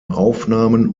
aufnahmen